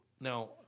Now